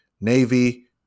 navy